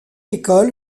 école